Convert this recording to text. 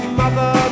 mother